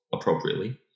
appropriately